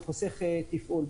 זה חוסך תפעול.